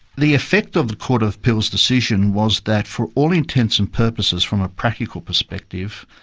the effect of the court of appeal's decision was that for all intents and purposes from a practical perspective,